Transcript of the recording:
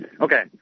Okay